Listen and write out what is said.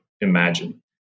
imagine